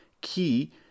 key